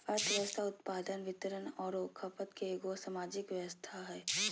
अर्थव्यवस्था उत्पादन, वितरण औरो खपत के एगो सामाजिक व्यवस्था हइ